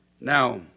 Now